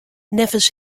neffens